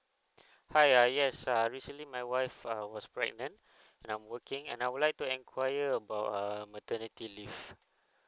hi uh yes uh recently my wife uh was pregnant and I'm working and I would like to enquire about uh maternity leave